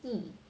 um